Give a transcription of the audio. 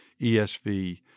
ESV